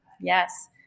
Yes